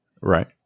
Right